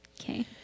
Okay